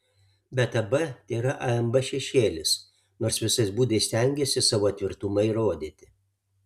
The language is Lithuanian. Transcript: bet ab tėra amb šešėlis nors visais būdais stengiasi savo tvirtumą įrodyti